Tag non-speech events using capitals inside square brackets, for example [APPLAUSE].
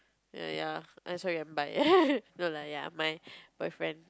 ya I'm sorry and bye [LAUGHS] no lah ya my boyfriend